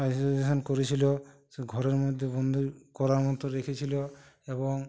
isolation করেছিল সে ঘরের মধ্যে বন্দি করার মতো রেখেছিল এবং